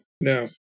no